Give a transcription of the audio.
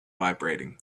vibrating